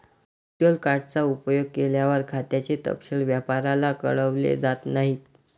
virtual card चा उपयोग केल्यावर, खात्याचे तपशील व्यापाऱ्याला कळवले जात नाहीत